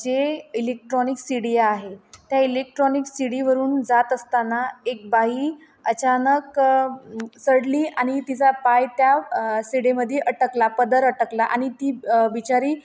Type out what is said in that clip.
जे इलेक्ट्रॉनिक शिड्या आहे त्या इलेक्ट्रॉनिक शिडीवरून जात असताना एक बाई अचानक चढली आणि तिचा पाय त्या शिडीमध्ये अडकला पदर अडकला आणि ती बिचारी